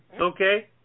okay